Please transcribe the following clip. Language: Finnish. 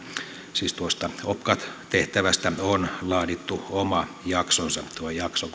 siis tuosta opcat tehtävästä on laadittu oma jaksonsa tuo jakso